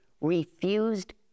refused